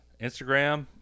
Instagram